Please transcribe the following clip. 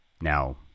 now